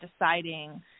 deciding